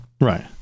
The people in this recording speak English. Right